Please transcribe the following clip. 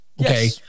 Okay